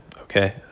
Okay